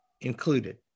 included